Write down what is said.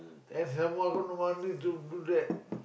and some more I got no money to do that